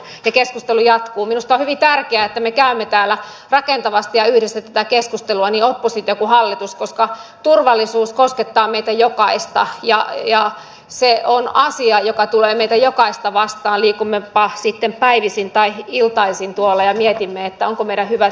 minusta on hyvin tärkeää että me käymme täällä rakentavasti ja yhdessä tätä keskustelua niin oppositio kuin hallitus koska turvallisuus koskettaa meitä jokaista ja se on asia joka tulee meitä jokaista vastaan liikummepa sitten päivisin tai iltaisin tuolla ja mietimme onko meidän hyvä siellä kulkea